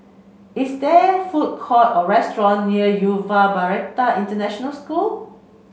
is there food court or restaurant near Yuva Bharati International School